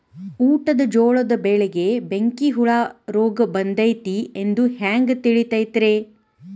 ಊಟದ ಜೋಳದ ಬೆಳೆಗೆ ಬೆಂಕಿ ಹುಳ ರೋಗ ಬಂದೈತಿ ಎಂದು ಹ್ಯಾಂಗ ತಿಳಿತೈತರೇ?